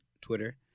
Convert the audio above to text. Twitter